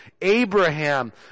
Abraham